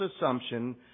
assumption